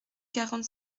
quarante